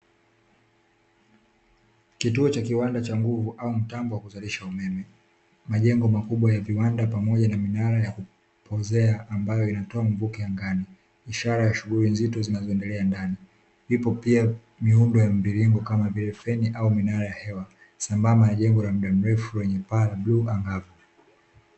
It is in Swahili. Kituo cha kiwanda cha nguvu au mtambo wa kuzalisha umeme. Majengo makubwa ya viwanda pamoja na minara ya kupoozea ambayo inatoa mvuke angani, ishara ya shughuli nzito zinazoendelea ndani. Zipo pia miundo ya mviringo kama vile feni au minara ya hewa, sambamba na jengo la muda mrefu lenye paa la bluu angavu.